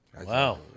Wow